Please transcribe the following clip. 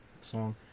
song